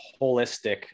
holistic